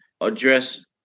address